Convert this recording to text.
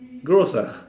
gross ah